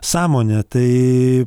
sąmonę tai